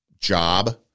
job